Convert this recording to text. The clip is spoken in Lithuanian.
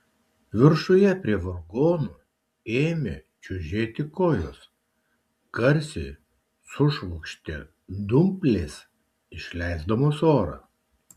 viršuje prie vargonų ėmė čiužėti kojos garsiai sušvokštė dumplės išleisdamos orą